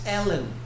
Ellen